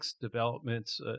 developments